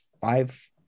five